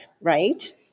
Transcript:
right